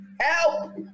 help